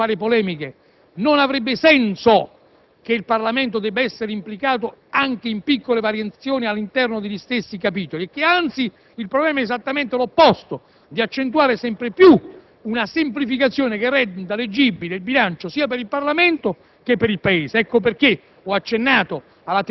non voglio fare polemiche, ma non avrebbe senso che il Parlamento debba essere implicato anche in piccole variazioni all'interno degli stessi capitoli. Anzi, il problema è esattamente l'opposto: di accentuare sempre di più una semplificazione che renda leggibile il bilancio sia per il Parlamento che per il Paese. Ecco perché